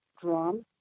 drum